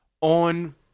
on